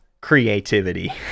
creativity